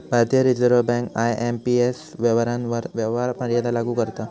भारतीय reserve bank IMPS व्यवहारांवर व्यवहार मर्यादा लागू करता